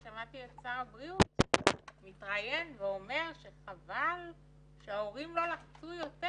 שמעתי את שר הבריאות מתראיין ואומר שחבל שההורים לא לחצו יותר